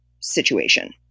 situation